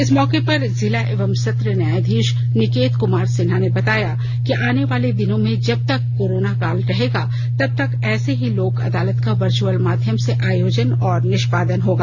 इस मौके पर जिला एवं सत्र न्यायाधीश निकेत कुमार सिन्हा ने बताया कि आने वाले दिनों में जब तक कोरोना काल रहेगा तब तक ऐसे ही लोक अदालत का वर्चअल माध्यम से आयोजन और निष्पादन होगा